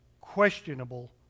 questionable